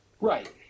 Right